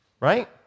Right